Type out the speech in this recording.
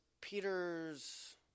Peter's